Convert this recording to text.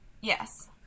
Yes